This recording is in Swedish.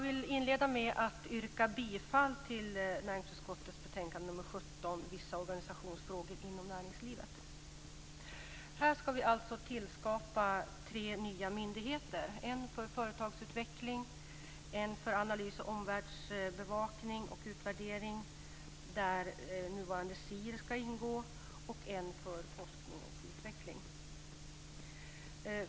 Vi ska alltså tillskapa tre nya myndigheter, en för företagsutveckling, en för analyser, omvärldsbevakning och utvärderingar, där nuvarande SIR ska ingå, och en för forskning och utveckling.